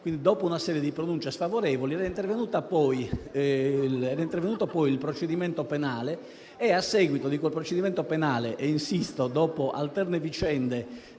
Dopo una serie di pronunce sfavorevoli era intervenuto poi il procedimento penale; a seguito di quel procedimento e, insisto, dopo alterne vicende